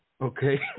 Okay